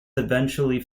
eventually